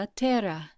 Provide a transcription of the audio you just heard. terra